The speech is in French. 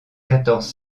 quatorze